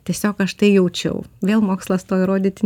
tiesiog aš tai jaučiau vėl mokslas to įrodyti